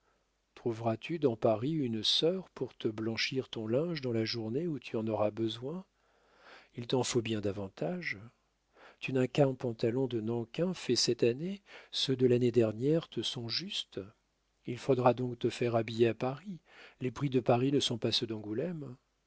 trouveras-tu dans paris une sœur pour te blanchir ton linge dans la journée où tu en auras besoin il t'en faut bien davantage tu n'as qu'un pantalon de nankin fait cette année ceux de l'année dernière te sont justes il faudra donc te faire habiller à paris les prix de paris ne sont pas ceux d'angoulême